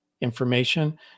information